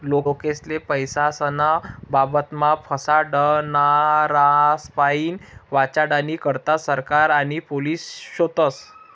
लोकेस्ले पैसास्नं बाबतमा फसाडनारास्पाईन वाचाडानी करता सरकार आणि पोलिस शेतस